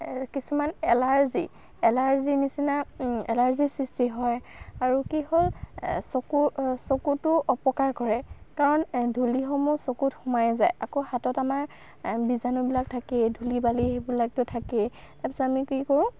কিছুমান allergy allergy নিচিনা এলাৰ্জিৰ সৃষ্টি হয় আৰু কি হ'ল চকু চকুটো অপকাৰ কৰে কাৰণ ধূলিসমূহ চকুত সোমাই যায় আকৌ হাতত আমাৰ বিজাণুবিলাক থাকেই ধূলি বালি সেইবিলাকতো থাকেই তাৰপিছত আমি কি কৰোঁ